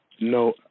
No